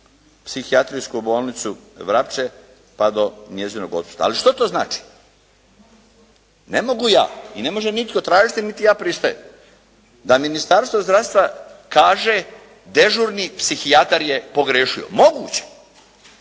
psihijatrijsku bolnicu "Vrapče", pa do njezinog otpusta. Ali što to znači? Ne mogu ja i ne može nitko tražiti niti ja pristajem da Ministarstvo zdravstva kaže dežurni psihijatar je pogriješio. Moguće,